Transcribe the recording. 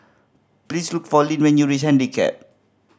please look for Lyn when you reach Handicap